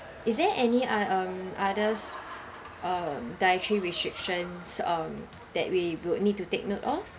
is there any um others uh dietary restrictions um that we will need to take note of